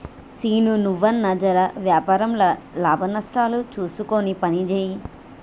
సీనూ, నువ్వన్నా జెర వ్యాపారంల లాభనష్టాలు జూస్కొని పనిజేయి